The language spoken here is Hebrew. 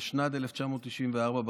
התשנ"ד 1994,